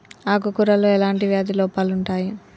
ఆకు కూరలో ఎలాంటి వ్యాధి లోపాలు ఉంటాయి?